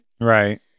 Right